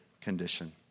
condition